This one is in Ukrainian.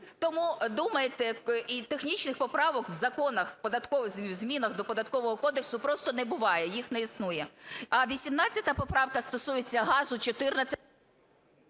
Тому думайте. І технічних поправок у законах податкових, у змінах до Податкового кодексу просто не буває, їх не існує. А 18 поправка стосується газу 14…